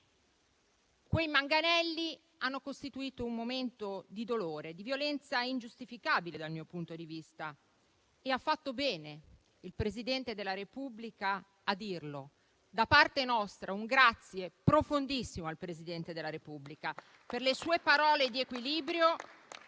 Quei manganelli hanno costituito un momento di dolore e di violenza ingiustificabile, dal mio punto di vista, e ha fatto bene il Presidente della Repubblica a dirlo. Da parte nostra, va un grazie profondissimo al Presidente della Repubblica, per le sue parole di equilibrio e